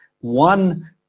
one